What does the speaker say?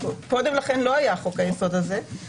קודם לכן לא היה חוק היסוד הזה.